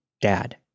Dad